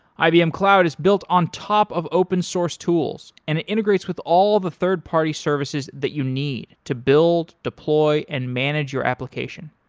ibm cloud is built on top of open-source tools and it integrates with all the third-party services that you need to build, deploy and manage your application.